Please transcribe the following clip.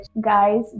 guys